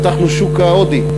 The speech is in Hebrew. פתחנו שוק הודי,